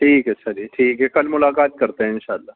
ٹھیک ہے اچھا جی ٹھیک ہے کل ملاقات کرتے ہیں ان شاء اللہ